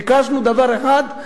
ביקשנו דבר אחד.